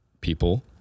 people